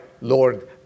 Lord